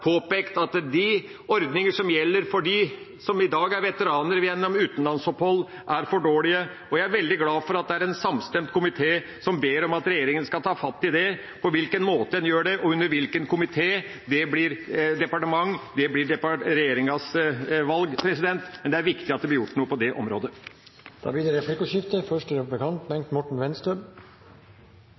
påpekt at de ordningene som gjelder for dem som i dag er veteraner gjennom utenlandsopphold, er for dårlige. Jeg er veldig glad for at det er en samstemt komité som ber regjeringa ta tak i det. På hvilken måte og under hvilket departement en gjør det, blir regjeringas valg, men det er viktig at det blir gjort noe på det området. Det blir replikkordskifte.